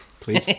Please